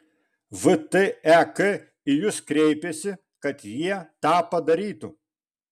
vtek į jus kreipėsi kad jie tą padarytų